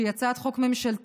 שהיא הצעת חוק ממשלתית,